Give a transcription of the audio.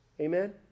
Amen